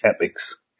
epics